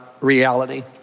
reality